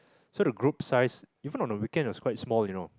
so the group size even on a weekend was quite small you know